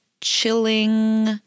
chilling